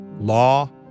law